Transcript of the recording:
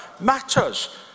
matters